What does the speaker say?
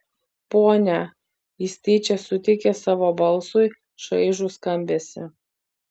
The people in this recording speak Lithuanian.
ponia jis tyčia suteikė savo balsui šaižų skambesį